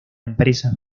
empresa